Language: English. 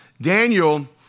Daniel